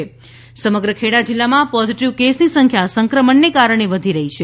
Kheda corona સમગ્ર ખેડા જિલ્લામાં positive કેસની સંખ્યા સંક્રમણને કારણે વધી રહી છે